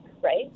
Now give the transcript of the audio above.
right